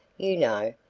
you know,